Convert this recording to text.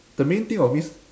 the main thing of this